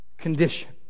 condition